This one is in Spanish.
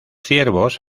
ciervos